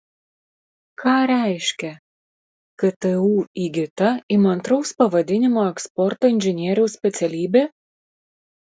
ką reiškia ktu įgyta įmantraus pavadinimo eksporto inžinieriaus specialybė